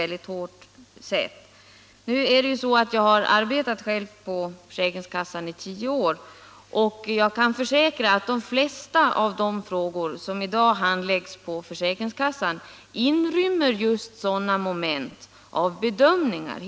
17 maj 1977 Jag har själv arbetat på försäkringskassan i tio år, och jag kan försäkra = att de flesta av de frågor som i dag handläggs på försäkringskassan in — Föräldraförsäkringrymmer just sådana moment av bedömningar.